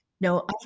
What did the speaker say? No